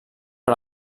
per